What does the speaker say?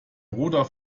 roter